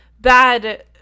bad